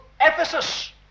Ephesus